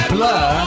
Blur